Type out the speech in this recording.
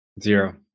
Zero